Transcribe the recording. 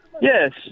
Yes